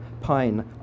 pine